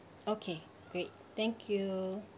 okay great thank you